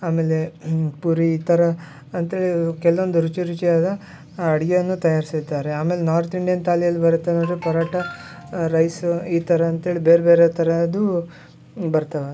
ಆಮೇಲೆ ಪೂರಿ ಈ ಥರ ಅಂತೇಳಿಯೂ ಕೆಲ್ವೊಂದು ರುಚಿ ರುಚಿಯಾದ ಅಡುಗೆಯನ್ನು ತಯಾರಿಸಿರ್ತಾರೆ ಆಮೇಲೆ ನಾರ್ತ್ ಇಂಡಿಯನ್ ಥಾಲಿಯಲ್ಲಿ ಬರತ್ತೆ ಏನಂದರೆ ಪರೋಠ ರೈಸು ಈ ಥರ ಅಂತೇಳಿ ಬೇರೆ ಬೇರೆ ಥರದ್ದು ಬರ್ತವೆ